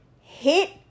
hit